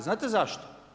Znate zašto?